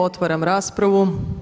Otvaram raspravu.